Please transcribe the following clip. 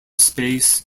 space